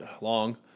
long